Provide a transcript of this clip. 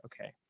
okay